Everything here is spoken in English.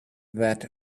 that